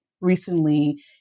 recently